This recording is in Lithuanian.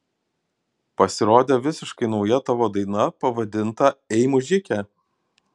pasirodė visiškai nauja tavo daina pavadinta ei mužike